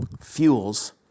fuels